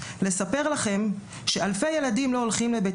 לספר לכם שאלפי ילדים לא הולכים לבית